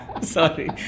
sorry